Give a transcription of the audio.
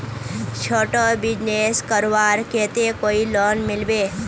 छोटो बिजनेस करवार केते कोई लोन मिलबे?